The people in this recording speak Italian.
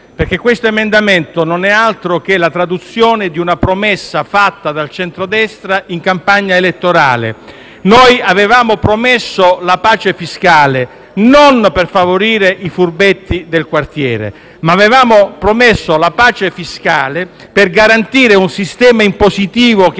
Esso infatti non è altro che la traduzione di una promessa fatta dal centrodestra in campagna elettorale. Noi avevamo promesso la pace fiscale non per favorire i furbetti del quartiere, ma per garantire un sistema impositivo che